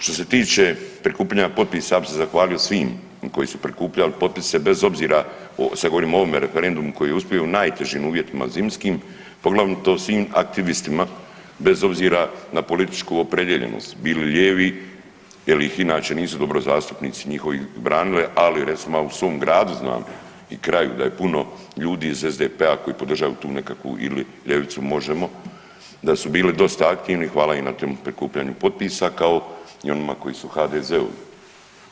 Što se tiče prikupljanja potpisa ja bi se zahvalio svim koji su prikupljali potpise bez obzira, sad govorim o ovome referendumu koji je uspio u najtežim uvjetima zimskim poglavito svim aktivistima bez obzira na političku opredijeljenost, bili lijevi jel ih inače nisu dobro zastupnici njihovi branili ali recimo ja u svom gradu znam i kraju da je puno ljudi iz SDP-a koji podržaju tu nekakvu ili ljevicu Možemo, da su bili dosta aktivni, hvala im na tom prikupljanju potpisa kao i onima koji su u HDZ-u.